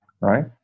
right